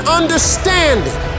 understanding